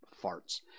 farts